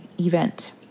event